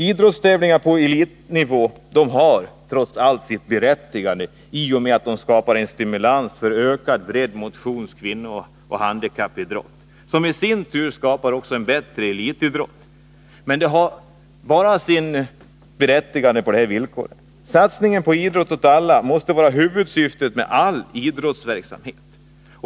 Idrottstävlingar på elitnivå har trots allt sitt berättigande i och med att de skapar en stimulans för ökad bredd-, motions-, kvinnooch handikappidrott, som i sin tur skapar en bättre elitidrott. Men de har bara sitt berättigande på de villkor jag talat om här. Satsningen på en idrott åt alla måste vara huvudsyftet med all idrottsverksamhet.